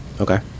okay